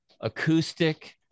acoustic